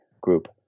group